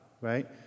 right